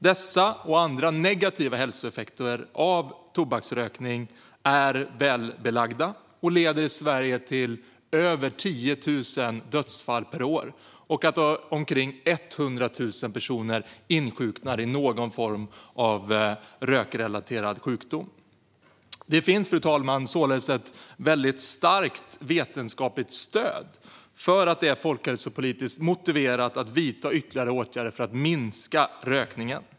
Dessa och andra negativa hälsoeffekter av tobaksrökning är välbelagda och leder i Sverige till över 10 000 dödsfall och att omkring 100 000 svenskar varje år insjuknar i rökrelaterad sjukdom. Det finns således ett mycket starkt vetenskapligt stöd för att det är folkhälsopolitiskt motiverat att vidta ytterligare åtgärder för att minska rökningen.